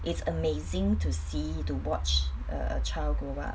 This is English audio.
it's amazing to see to watch a child grow up